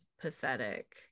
pathetic